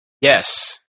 Yes